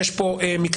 יש פה מקרים,